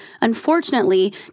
Unfortunately